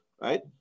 right